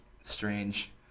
strange